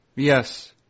Yes